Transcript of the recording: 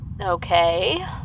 Okay